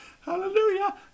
Hallelujah